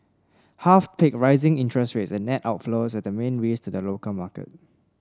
half picked rising interest rates and net outflows as the main risks to the local market